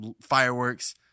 Fireworks